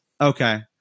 Okay